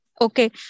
Okay